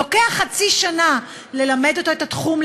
לוקח חצי שנה ללמד אותו את התחום,